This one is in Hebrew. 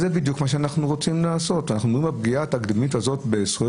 אנחנו מדברים על פגיעה תקדימית בזכויות